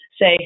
say